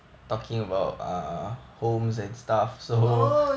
oh